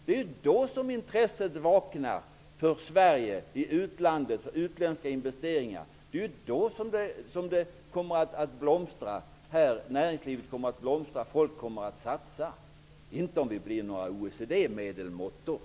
Det är då som intresset för utländska investeringar i Sverige vaknar i utlandet. Det är då näringslivet kommer att blomstra och folk kommer att satsa, inte om vi blir några OECD-medelmåttor.